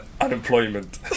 unemployment